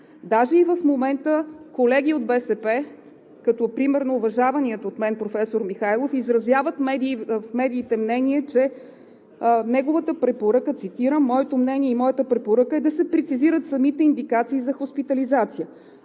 Даже и в момента колеги от БСП, като примерно уважаваният от мен професор Михайлов, изразяват в медиите мнение, че неговата препоръка, цитирам: „Моето мнение и моята препоръка е да се прецизират самите индикации за хоспитализация.